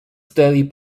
steady